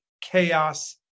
chaos